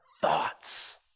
thoughts